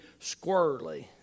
squirrely